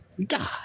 die